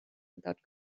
without